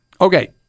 Okay